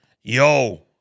Yo